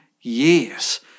years